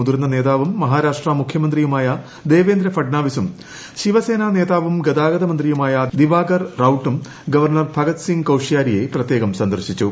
മുതിർന്ന നേതാവും മഹാരാഷ്ട്ര മുഖ്യമന്ത്രിയുമായ ദേവേന്ദ്ര ഫഡ്നാവിസും ശിവസേനാ നേതാവും ഗതാഗത മന്ത്രിയുമായ ദിവാകർ റാവൂട്ടും ഗവർണർ ഭഗത് സിംഗ് കോഷ്യാരിയെ പ്രത്യേകം സന്ദർശിച്ചു